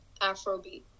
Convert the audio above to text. Afrobeat